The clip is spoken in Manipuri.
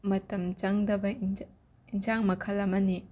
ꯃꯇꯝ ꯆꯪꯗꯕ ꯏꯟꯖ ꯏꯟꯖꯥꯡ ꯃꯈꯜ ꯑꯃꯅꯤ